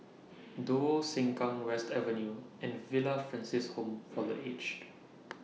Duo Sengkang West Avenue and Villa Francis Home For The Aged